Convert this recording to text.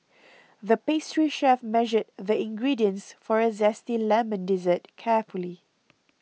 the pastry chef measured the ingredients for a Zesty Lemon Dessert carefully